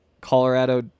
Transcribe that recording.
Colorado